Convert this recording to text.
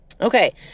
Okay